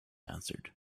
answered